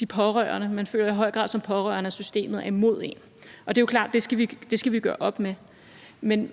de pårørende. Man føler i høj grad som pårørende, at systemet er imod en, og det er jo klart, at det skal vi gøre op med. Men